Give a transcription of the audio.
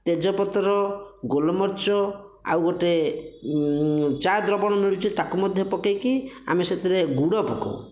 ତେଜପତ୍ର ଗୋଲମରିଚ ଆଉ ଗୋଟିଏ ଚା ଦ୍ରବଣ ମିଳୁଛି ତାକୁ ମଧ୍ୟ ପକାଇକି ଆମେ ସେଥିରେ ଗୁଡ଼ ପକଉ